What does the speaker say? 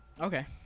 Okay